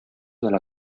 nella